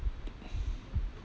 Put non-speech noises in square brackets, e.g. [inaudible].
[breath]